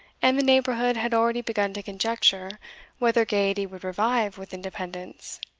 and the neighbourhood had already begun to conjecture whether gaiety would revive with independence,